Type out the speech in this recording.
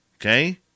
Okay